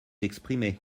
exprimer